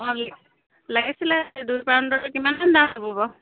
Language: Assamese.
অঁ লাগিছিলে দুই পাউণ্ডৰ কিমান দাম হ'ব বাৰু